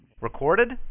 Recorded